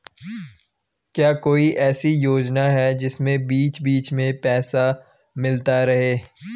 क्या कोई ऐसी योजना है जिसमें बीच बीच में पैसा मिलता रहे?